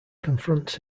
confronts